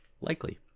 likely